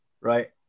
Right